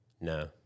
No